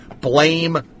blame